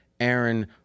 Aaron